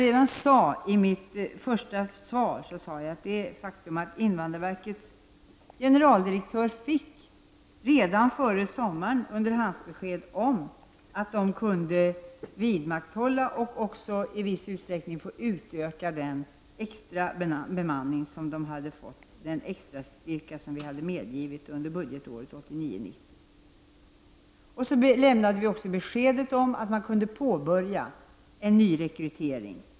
I svaret framhåller jag att invandrarverkets chef redan före sommaren fick ett underhandsbesked om att verket i viss utsträckning kunde utöka den extra styrka som vi hade medgivit för budgetåret 1989/90. Vi lämnade också besked om att verket kunde påbörja en nyrekrytering.